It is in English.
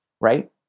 right